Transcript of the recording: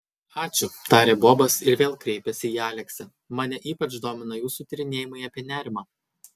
ačiū tarė bobas ir vėl kreipėsi į aleksę mane ypač domina jūsų tyrinėjimai apie nerimą